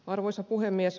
arvoisa puhemies